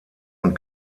und